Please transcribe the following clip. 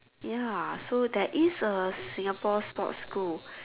ya so there is a Singapore sports school